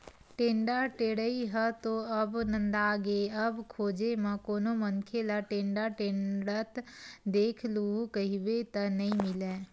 टेंड़ा टेड़ई ह तो अब नंदागे अब खोजे म कोनो मनखे ल टेंड़ा टेंड़त देख लूहूँ कहिबे त नइ मिलय